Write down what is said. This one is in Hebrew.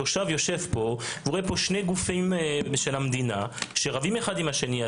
תושב יושב פה והוא רואה פה שני גופים של המדינה שרבים אחד עם השני.